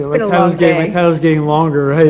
it was getting like ah was getting longer,